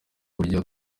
burya